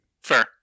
Fair